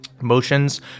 Motions